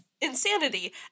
insanity